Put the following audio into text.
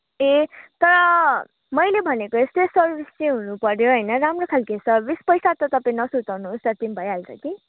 ए तर मैले भनेको यस्तै सर्भिस चाहिँ हुनुपर्यो राम्रो खालके सर्भिस पैसा त तपाईँ नसुर्ताउनुहोस् जति पनि भइहाल्छ कि